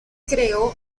creó